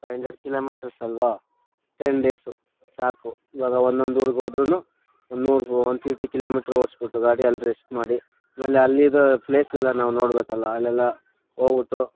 five hundred kilometres ಅಲ್ವಾ ten days ಸಾಕು ಇವಾಗ ಒಂದೊಂದು ಊರಿಗೆ ಹೋದ್ರೂನು ಒನ್ ಫಿಫ್ಟಿ ಕಿಲೋಮೀಟರ್ ಓಡ್ಸಿ ಬಿಟ್ಟು ಗಾಡಿ ರೆಸ್ಟ್ ಮಾಡಿ ನಾವು ಅಲ್ಲಿದು ಪ್ಲೇಸ್ಗೆಲ್ಲಾ ನಾವು ನೋಡಬೇಕಲ್ಲ ಹೋಗ್ಬಿಟ್ಟು